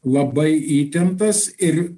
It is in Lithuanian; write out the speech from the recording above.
labai įtemptas ir